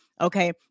okay